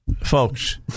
folks